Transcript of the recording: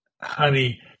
honey